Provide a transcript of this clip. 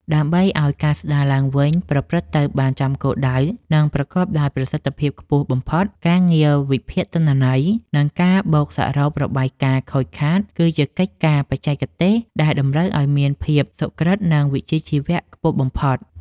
ដើម្បីឱ្យការស្តារឡើងវិញប្រព្រឹត្តទៅបានចំគោលដៅ និងប្រកបដោយប្រសិទ្ធភាពខ្ពស់បំផុត ការងារវិភាគទិន្នន័យ និងការបូកសរុបរបាយការណ៍ខូចខាតគឺជាកិច្ចការបច្ចេកទេសដែលតម្រូវឱ្យមានភាពសុក្រឹត និងវិជ្ជាជីវៈខ្ពស់បំផុត។